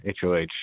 Hoh